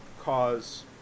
cause